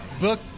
book